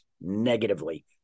negatively